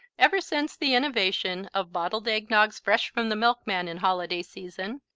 ever since the innovation of bottled eggnogs fresh from the milkman in holiday season,